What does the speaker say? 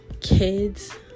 Kids